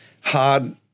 Hard